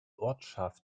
ortschaft